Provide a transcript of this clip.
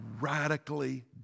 radically